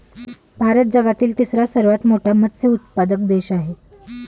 भारत जगातील तिसरा सर्वात मोठा मत्स्य उत्पादक देश आहे